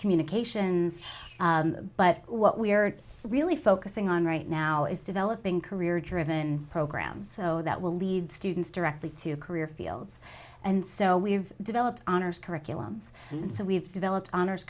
communications but what we are really focusing on right now is developing career driven programs so that will lead students directly to a career fields and so we've developed honors curriculums so we've developed honors